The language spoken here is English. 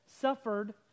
suffered